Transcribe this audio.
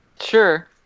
Sure